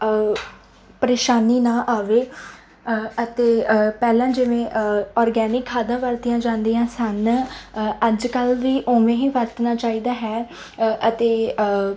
ਪਰੇਸ਼ਾਨੀ ਨਾ ਆਵੇ ਅਤੇ ਪਹਿਲਾਂ ਜਿਵੇਂ ਔਰਗੈਨਿਕ ਖਾਦਾਂ ਵਰਤੀਆਂ ਜਾਂਦੀਆਂ ਸਨ ਅੱਜ ਕੱਲ੍ਹ ਵੀ ਉਵੇਂ ਹੀ ਵਰਤਣਾ ਚਾਹੀਦਾ ਹੈ ਅਤੇ